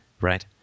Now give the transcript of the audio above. right